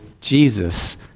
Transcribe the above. Jesus